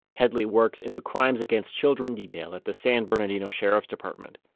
headley works in the crimes against children detail at the san bernardino sheriff's department.